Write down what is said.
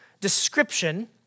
description